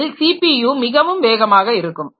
இதில் சிபியு மிகவும் வேகமாக இருக்கும்